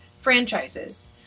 franchises